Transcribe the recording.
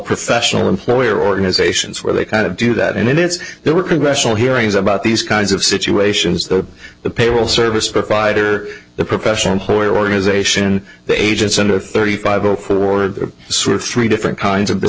professional employer organizations where they kind of do that and it's there were congressional hearings about these kinds of situations that the payroll service provider the professional employer organization the agents under thirty five zero for a sort of three different kinds of